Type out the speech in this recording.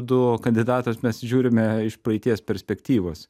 du kandidatus mes žiūrime iš praeities perspektyvos